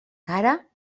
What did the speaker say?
cara